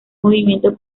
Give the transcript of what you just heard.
movimiento